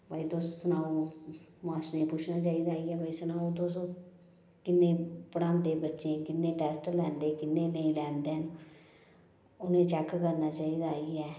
भई तुस सनाओ मास्टरें गी पुच्छना चाहिदा इ'यै कि भई सनाओ तुस किन्ने पढ़ांदे बच्चें गी किन्ने टैस्ट लैंदे किन्ने नेईं लैंदे न उ'नेंगी चैक करना चाहिदा आइयै